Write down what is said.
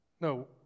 No